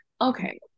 okay